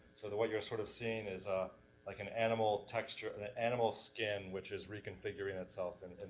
so that what you're sort of seeing is ah like an animal texture, and an animal skin which is reconfiguring itself in,